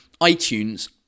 iTunes